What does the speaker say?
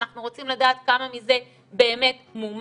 אנחנו רוצים לדעת כמה מזה באמת מומש,